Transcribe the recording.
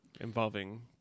Involving